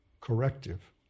corrective